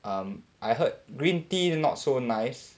um I heard green tea not so nice